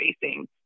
facing